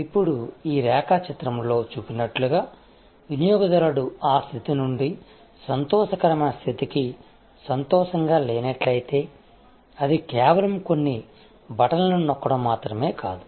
ఇప్పుడు ఈ రేఖాచిత్రంలో చూపినట్లుగా వినియోగదారుడు ఆ స్థితి నుండి సంతోషకరమైన స్థితికి సంతోషంగా లేనట్లయితే అది కేవలం కొన్ని బటన్లను నొక్కడం మాత్రమే కాదు